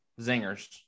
zingers